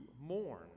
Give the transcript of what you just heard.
mourn